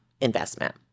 investment